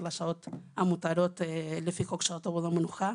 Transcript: לשעות המותרות לפי חוק שעות עבודה ומנוחה.